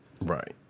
right